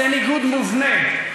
זה ניגוד מובנה.